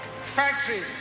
factories